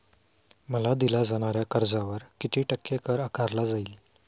मला दिल्या जाणाऱ्या कर्जावर किती टक्के कर आकारला जाईल?